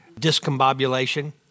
discombobulation